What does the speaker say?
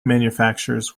manufactures